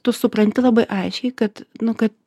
tu supranti labai aiškiai kad nu kad